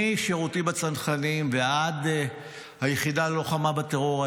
משירותי בצנחנים ועד היחידה ללוחמה בטרור,